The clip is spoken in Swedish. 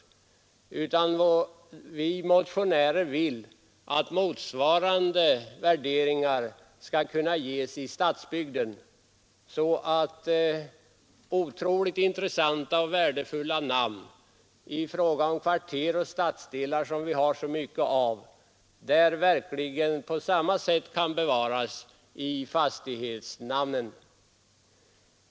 Vi motionärer vill att motsvarande värderingar skall kunna göras i stadsbygden, så att intressanta och värdefulla namn på kvarter och stadsdelar, som vi har så mycket av, på samma sätt kan bevaras i fastighetsnamnen.